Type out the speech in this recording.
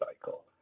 cycle